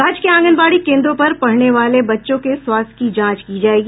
राज्य के आंगनबाड़ी केन्द्रों पर पढ़ने वाले बच्चों के स्वास्थ्य की जांच की जायेगी